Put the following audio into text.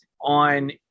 on